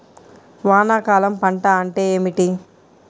వానాకాలం పంట అంటే ఏమిటి?